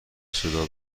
صدا